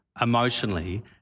emotionally